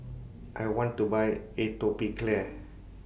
I want to Buy Atopiclair